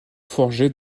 forgé